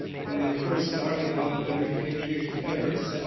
when they first started a lot of their repatriation efforts,